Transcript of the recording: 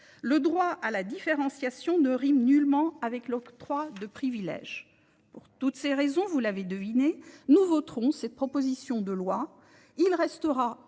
Le droit à la différenciation ne rime nullement avec l'octroi de privilège. Toutes ces raisons, vous l'avez deviné, nous voterons cette proposition de loi. Il restera